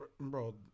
bro